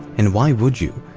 and why would you?